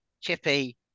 chippy